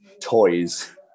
toys